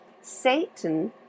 Satan